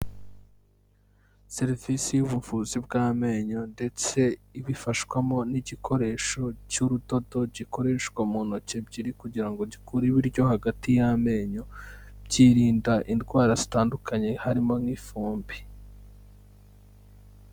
Serivisi y'ubuvuzi bw'amenyo ndetse ibifashwamo n'igikoresho cy'urudodo gikoreshwa mu ntoki ebyiri, kugira ngo gikure ibiryo hagati y'amenyo, byirinda indwara zitandukanye harimo nk'ifumbi.